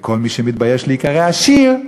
וכל מי שמתבייש להיקרא עשיר,